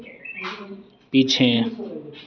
पीछे